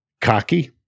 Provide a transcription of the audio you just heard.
Cocky